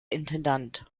intendant